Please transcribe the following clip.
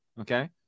okay